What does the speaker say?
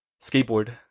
skateboard